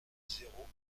zéro